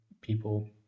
people